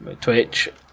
Twitch